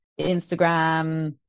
instagram